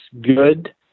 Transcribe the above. good